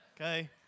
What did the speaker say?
okay